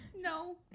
No